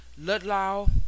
Ludlow